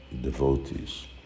devotees